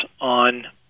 on